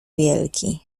wielki